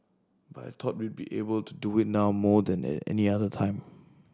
but I thought we be able to do it now more than at any other time